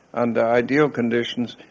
under ideal conditions,